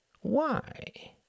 Why